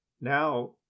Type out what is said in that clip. Now